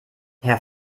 herr